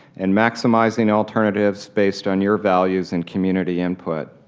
and maximizing alternatives, based on your values and community input,